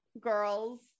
girls